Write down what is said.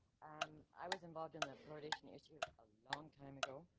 um i was involved in the fluoridation issue a long time ago.